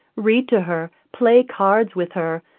read to her, play cards with her,